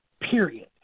period